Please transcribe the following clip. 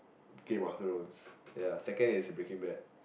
game of thrones second is the Breaking Bad